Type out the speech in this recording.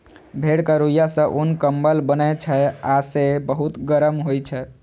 भेड़क रुइंया सं उन, कंबल बनै छै आ से बहुत गरम होइ छै